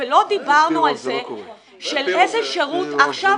לא דיברנו על איזה שירות --- זה לא קורה.